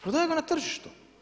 Prodaju ga na tržištu.